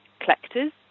collectors